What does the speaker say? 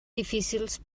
difícils